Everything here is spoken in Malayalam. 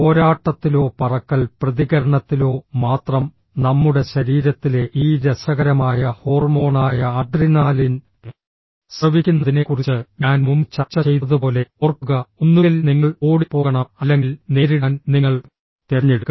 പോരാട്ടത്തിലോ പറക്കൽ പ്രതികരണത്തിലോ മാത്രം നമ്മുടെ ശരീരത്തിലെ ഈ രസകരമായ ഹോർമോണായ അഡ്രിനാലിൻ സ്രവിക്കുന്നതിനെക്കുറിച്ച് ഞാൻ മുമ്പ് ചർച്ച ചെയ്തതുപോലെ ഓർക്കുക ഒന്നുകിൽ നിങ്ങൾ ഓടിപ്പോകണം അല്ലെങ്കിൽ നേരിടാൻ നിങ്ങൾ തിരഞ്ഞെടുക്കണം